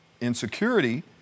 insecurity